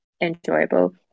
enjoyable